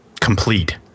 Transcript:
complete